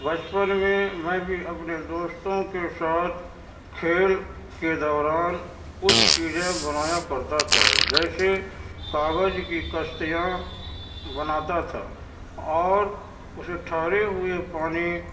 بچپن میں میں بھی اپنے دوستوں کے ساتھ کھیل کے دوران کچھ چیزیں بنایا کرتا تھا جیسے کاغذ کی کشتیاں بناتا تھا اور اسے ٹھہرے ہوے پانی